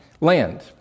land